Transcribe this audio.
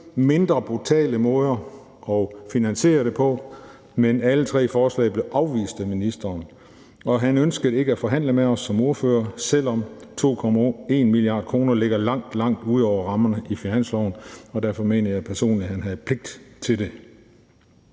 mindre brutale måder at finansiere det på. Men alle tre forslag blev afvist af ministeren, og han ønskede ikke at forhandle med os som ordførere, selv om 2,1 mia. kr. ligger langt, langt ud over rammerne i finansloven, og derfor mener jeg personligt, at han havde pligt til det.